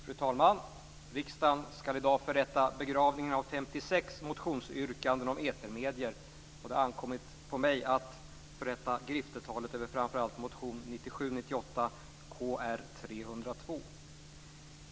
Fru talman! Riksdagen skall i dag förrätta begravningen av 56 motionsyrkanden om etermedier. Det har ankommit på mig att förrätta griftetalet över framförallt motion 1997/98:Kr302.